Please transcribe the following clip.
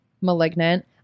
malignant